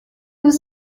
was